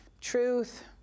Truth